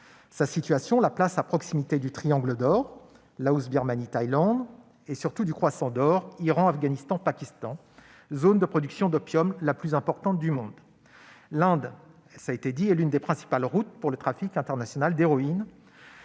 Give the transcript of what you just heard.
Sa situation la place à proximité du triangle d'or- Laos, Birmanie, Thaïlande -et surtout du croissant d'or- Iran, Afghanistan, Pakistan -, zone de production d'opium la plus importante au monde. L'Inde est l'une des principales routes pour le trafic international d'héroïne,